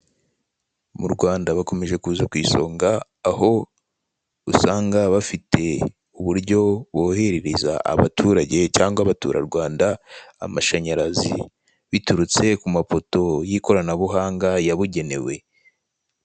Mu Rwanda bakomeje kuza ku isonga, aho usanga bafite uburyo boherereza abaturage cyangwa abaturarwanda amashanyarazi biturutse ku mapoto y'ikoranabuhanga yabugenewe.